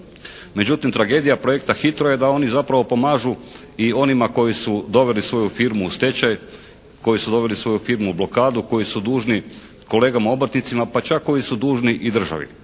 Međutim tragedija projekta HITRO je da oni zapravo pomažu i onima koji su doveli svoju firmu u stečaj, koji su doveli svoju firmu u blokadu, koji su dužni kolegama obrtnicima, pa čak koji su dužni i državi.